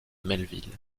melville